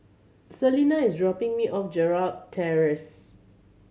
Celena is dropping me off at Gerald Terrace